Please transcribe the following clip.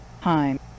time